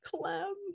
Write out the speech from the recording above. Clem